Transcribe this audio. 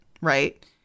right